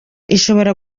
ishobora